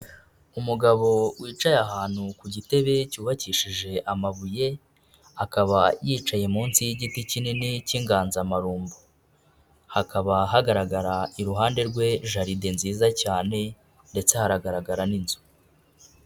Umugabo wicaye ahantu ku gitebe cyubakishije amabuye, akaba yicaye munsi y'igiti kinini cy'inganzamarumbo. Hakaba hagaragara iruhande rwe jaride nziza cyane, ndetse haragaragara n'inzu.